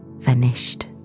finished